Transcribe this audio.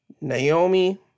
Naomi